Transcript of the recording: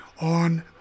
on